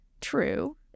true